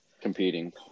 competing